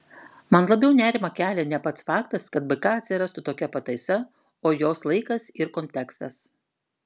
man labiau nerimą kelia ne pats faktas kad bk atsirastų tokia pataisa o jos laikas ir kontekstas